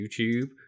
YouTube